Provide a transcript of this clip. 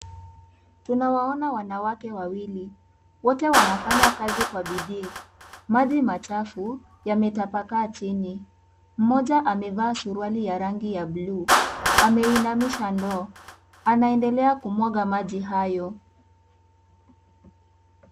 Tunawaona wanawake wawili, wote wanafanya kazi kwa bidii. Maji machafu yametapakaa chini mmoja amevaa suruali ya rangi ya buluu .Ameinamisha ndoo anaendelea kumwaga maji hayo.